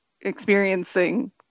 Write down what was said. experiencing